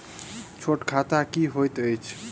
छोट खाता की होइत अछि